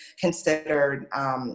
considered